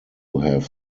have